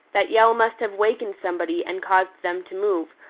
that yell must have wakened somebody and caused them to move,